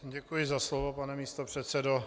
Děkuji za slovo, pane místopředsedo.